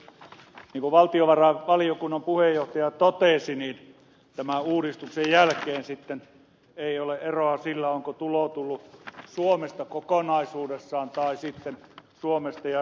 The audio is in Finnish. niin kuin valtiovarainvaliokunnan puheenjohtaja totesi tämän uudistuksen jälkeen sitten ei ole eroa sillä onko tulo tullut suomesta kokonaisuudessaan tai sitten suomesta ja ruotsista